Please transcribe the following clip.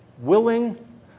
Willing